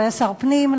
הוא היה שר הפנים,